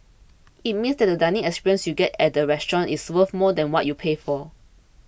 it means that the dining experience you get at the restaurant is worth more than what you pay for